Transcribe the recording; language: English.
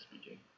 speaking